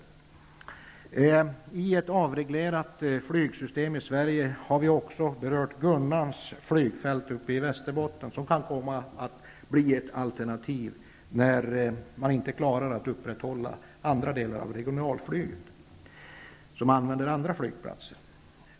När det gäller ett avreglerat flygsystem i Sverige har vi också berört Gunnarns flygfält uppe i Västerbotten, som kan bli ett alternativ när man inte klarar att upprätthålla andra delar av regionalflyget, som använder andra flygplatser.